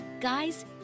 Guys